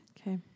Okay